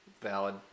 Valid